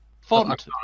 font